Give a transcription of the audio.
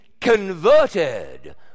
converted